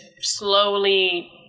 slowly